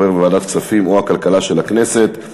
בוועדת הכספים או הכלכלה של הכנסת),